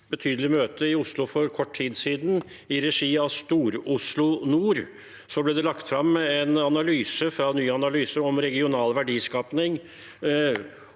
betydelig møte i Oslo for kort tid siden i regi av Stor-Oslo Nord ble det lagt frem en analyse fra NyAnalyse om regional verdiskaping,